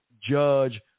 judge